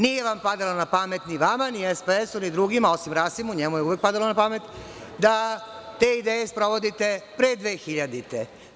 Nije vam padalo na pamet ni vama, ni SPS, ni drugima, osim Rasimu, njemu je uvek padalo na pamet, da te ideje sprovodite pre 2000. godine.